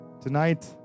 Tonight